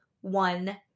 one